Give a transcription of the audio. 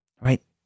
right